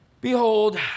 Behold